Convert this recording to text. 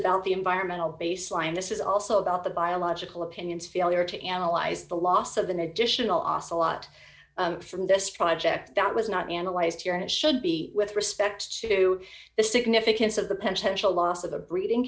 about the environmental baseline this is also about the biological opinions failure to analyze the loss of the additional ocelot from this project that was not analyzed here and should be with respect to the significance of the pension loss of a breeding